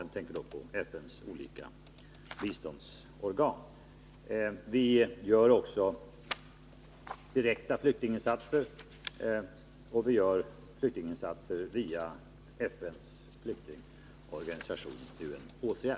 Jag tänker då på FN:s olika biståndsorgan. Vi gör också såväl direkta flyktinginsatser som = flyktinginsatser via FN:s flyktingorganisation UNHCR.